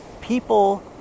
people